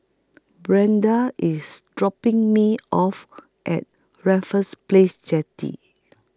Brenda IS dropping Me off At Raffles Place Jetty